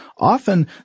Often